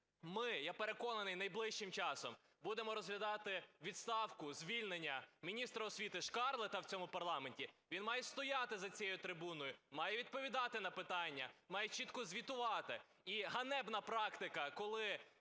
ми, я переконаний, найближчим часом будемо розглядати відставку, звільнення міністра освіти Шкарлета в цьому парламенті, він має стояти за цією трибуною, має відповідати на питання, має чітко звітувати. І ганебна практика, коли